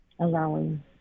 Allowing